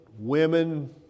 Women